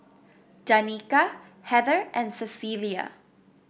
Danika Heather and Cecilia